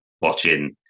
watching